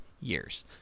years